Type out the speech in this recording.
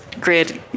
Grid